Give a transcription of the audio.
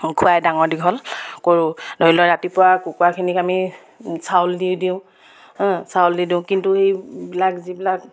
খুৱাই ডাঙৰ দীঘল কৰোঁ ধৰি লওক ৰাতিপুৱা কুকুৰাখিনিক আমি চাউল দি দিওঁ চাউল দি দিওঁ কিন্তু এইবিলাক যিবিলাক